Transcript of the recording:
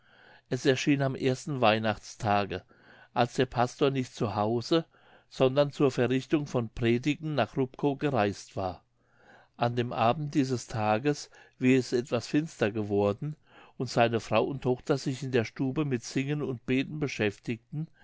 es erschien am ersten weihnachtstage als der pastor nicht zu hause sondern zur verrichtung von predigten nach rubkow gereiset war an dem abend dieses tages wie es etwas finster geworden und seine frau und tochter sich in der stube mit singen und beten beschäftigten